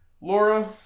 Laura